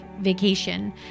Vacation